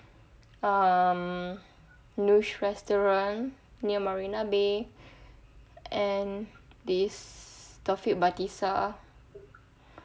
um new restaurant near marina bay and this taufik batisah